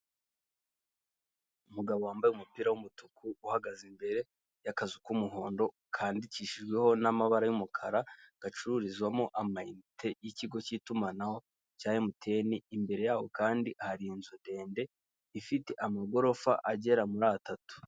Umugabo wambaye umupira w'umutuku uhagaze imbere y'akazu k'umuhondo kandikishijweho n'amabara y'umukara gacururizwamo amayinite y'ikigo cy'itumanaho cya Emutiyene, imbere y'aho kandi hari inzu ndende ifite amagorofa agera muri atatu.